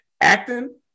acting